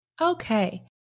Okay